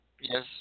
yes